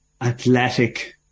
athletic